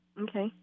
Okay